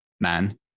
man